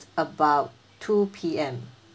about two P_M